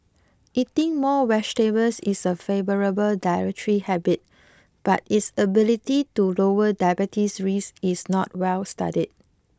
eating more vegetables is a favourable dietary habit but its ability to lower diabetes risk is not well studied